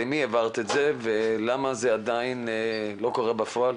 למי העברת את זה ולמה זה עדיין לא קרה בפועל?